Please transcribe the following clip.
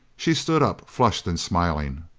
she stood up, flushed and smiling.